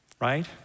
Right